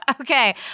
okay